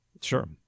Sure